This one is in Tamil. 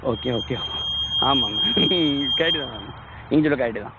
ஓகே ஓகே ஆமாம் ஆமாம் மேம் இது கேட்டுக்கோங்க மேம் நீங்கள் சொல்லுறது கரெக்ட்டு தான்